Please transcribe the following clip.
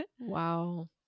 Wow